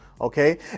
okay